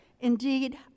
Indeed